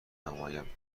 نمایم